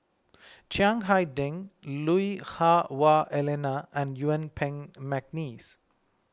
Chiang Hai Ding Lui Hah Wah Elena and Yuen Peng McNeice